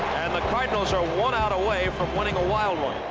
and the cardinals are one out away from winning a wild one.